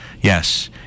yes